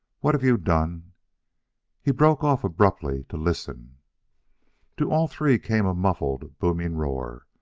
what have you done he broke off abruptly to listen to all three came a muffled, booming roar.